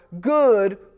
good